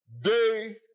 day